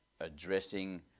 Addressing